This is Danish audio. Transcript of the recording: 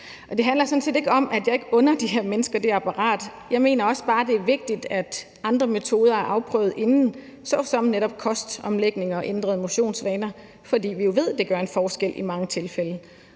det handler sådan set ikke om, at jeg ikke under de her mennesker det apparat. Jeg mener også bare, det er vigtigt, at andre metoder er afprøvet inden, f.eks. netop kostomlægning og ændrede motionsvaner, fordi vi jo ved, det gør en forskel i mange tilfælde.